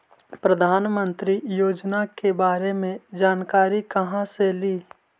प्रधानमंत्री योजना के बारे मे जानकारी काहे से ली?